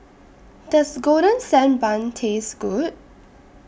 Does Golden Sand Bun Taste Good